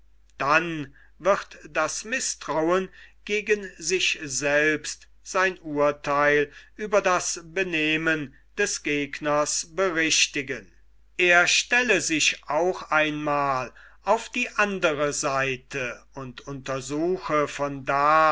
dann wird das mißtrauen gegen sich selbst sein urtheil über das benehmen des gegners berichtigen er stelle sich auch einmal auf die andre seite und untersuche von da